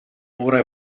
ora